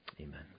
Amen